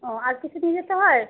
ও আর কিছু নিয়ে যেতে হয়